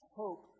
hope